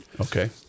Okay